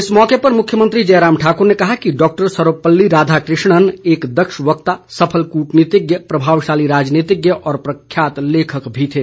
इस मौके पर मुख्यमंत्री जयराम ठाकुर ने कहा कि डॉक्टर सर्वपल्ली राधाकृष्णन एक दक्ष वक्ता सफल कूटनीतिज्ञ प्रभावशाली राजनीतिज्ञ और प्रख्यात लेखक भी थे